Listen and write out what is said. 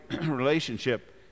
relationship